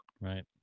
Right